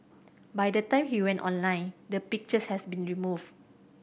by the time he went online the pictures has been removed